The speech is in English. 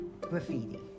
graffiti